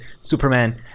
Superman